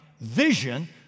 vision